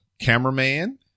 cameraman